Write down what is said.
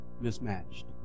mismatched